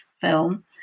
film